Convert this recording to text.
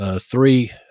three